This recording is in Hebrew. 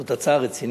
היא הצעה רצינית?